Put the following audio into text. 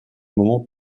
moment